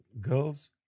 girls